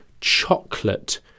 chocolate